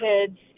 kids